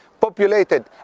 populated